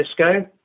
Cisco